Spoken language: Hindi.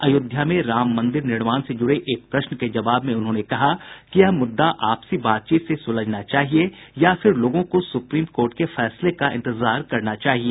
अयोध्या में राम मंदिर निर्माण से जुड़े एक प्रश्न के जवाब में उन्होंने कहा कि यह मुद्दा आपसी बातचीत से सुलझना चाहिए या फिर लोगों को सुप्रीम कोर्ट के फैसले का इंतजार करना चाहिए